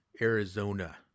arizona